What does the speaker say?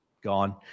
gone